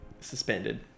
suspended